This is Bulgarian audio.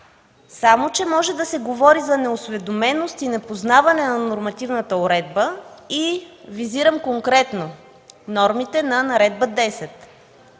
Само че може да се говори за неосведоменост и непознаване на нормативната уредба и визирам конкретно – нормите на Наредба №